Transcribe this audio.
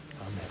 Amen